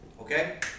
okay